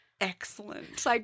excellent